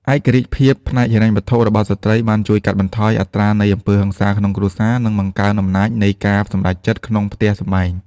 ឯករាជ្យភាពផ្នែកហិរញ្ញវត្ថុរបស់ស្ត្រីបានជួយកាត់បន្ថយអត្រានៃអំពើហិង្សាក្នុងគ្រួសារ និងបង្កើនអំណាចនៃការសម្រេចចិត្តក្នុងផ្ទះសម្បែង។